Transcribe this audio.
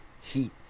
heat